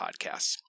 podcasts